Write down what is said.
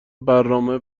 برنامه